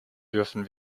dürfen